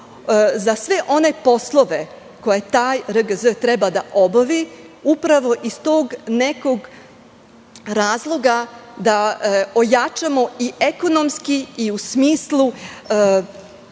za sve one poslove koje taj RGZ treba da obavi, upravo iz tog nekog razloga da ojačamo i ekonomski i u smislu